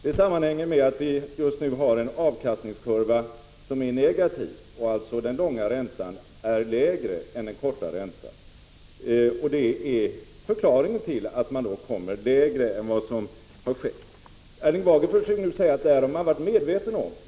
Det sammanhänger med att vi har en avkastningskurva som är negativ, dvs. att räntan är lägre på de långfristiga lånen än på de kortfristiga. Det är alltså förklaringen till att man kommer lägre än vad som skett. Erling Bager försöker nu påstå att man i folkpartiet har varit medveten om detta.